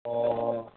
অঁ